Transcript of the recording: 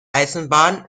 eisenbahn